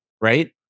right